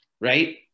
right